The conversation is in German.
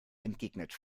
entgegnet